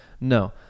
No